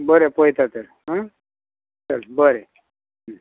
बरें पळयता तर आं चल बरें